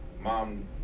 mom